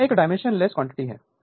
तो यह एक डाइमेंशनलेस क्वांटिटी है